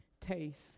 taste